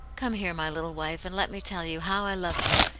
come here, my little wife, and let me tell you how i love you,